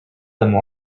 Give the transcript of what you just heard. them